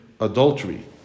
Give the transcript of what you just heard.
adultery